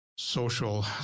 Social